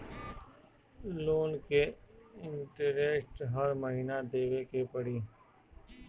Loan के interest हर महीना देवे के पड़ी?